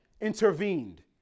intervened